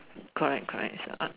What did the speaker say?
correct correct shut up